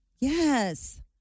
Yes